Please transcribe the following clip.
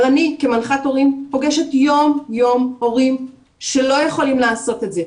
אבל אני כמנחת הורים פוגשת יום-יום הורים שלא יכולים לעשות את זה,